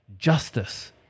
justice